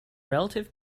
relative